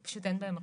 פשוט אין להם מקום.